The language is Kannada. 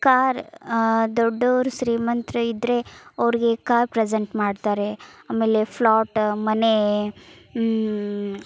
ಕಾರ್ ದೊಡ್ಡವ್ರ್ ಶ್ರೀಮಂತ್ರ್ ಇದ್ದರೆ ಅವ್ರಿಗೆ ಕಾರ್ ಪ್ರೆಸೆಂಟ್ ಮಾಡ್ತಾರೆ ಆಮೇಲೆ ಫ್ಲೋಟ್ ಮನೆ